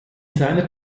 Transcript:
seiner